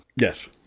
yes